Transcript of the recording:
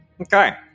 Okay